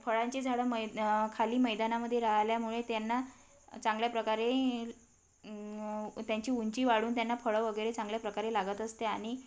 फळांची झाडं मै खाली मैदानामध्ये राहिल्यामुळे त्यांना चांगल्या प्रकारे त्यांची उंची वाढवून त्यांना फळं वगैरे चांगल्या प्रकारे लागत असते आणि